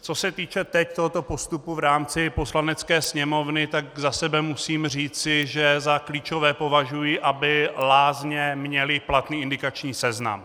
Co se týče teď tohoto postupu v rámci Poslanecké sněmovny, tak za sebe musím říci, že za klíčové považuji, aby lázně měly platný indikační seznam.